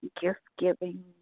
gift-giving